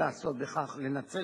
תוך ניצול